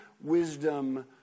wisdom